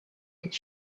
his